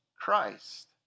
Christ